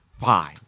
fine